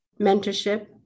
mentorship